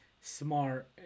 smart